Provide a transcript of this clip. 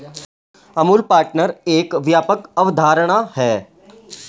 Amul pattern एक व्यापक अवधारणा है